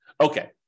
Okay